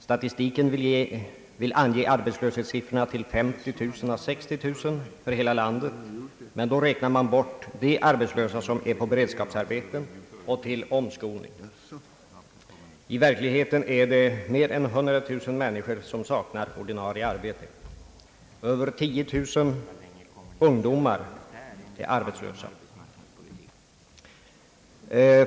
Statistiken vill ange arbetslöshetssiffrorna till mellan 50 000 och 60 000 för hela landet, men då räknar man bort de arbetslösa som är på beredskapsarbeten och under omskolning. I verkligheten är det mer än 100 000 människor som saknar ordinarie arbete. Över 10 000 ungdomar är arbetslösa.